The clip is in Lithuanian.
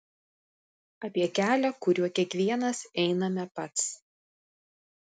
apie kelią kuriuo kiekvienas einame pats